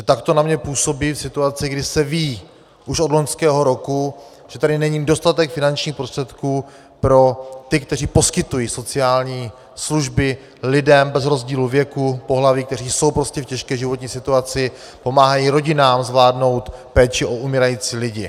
Tak to na mě působí v situaci, kdy se ví už od loňského roku, že tady není dostatek finančních prostředků pro ty, kteří poskytují sociální služby lidem bez rozdílu věku, pohlaví, kteří jsou prostě v těžké životní situaci, pomáhají rodinám zvládnout péči o umírající lidi.